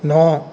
ਨੌਂ